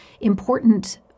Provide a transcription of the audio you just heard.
important